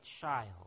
child